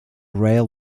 rail